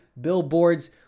billboards